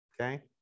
Okay